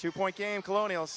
two point game colonials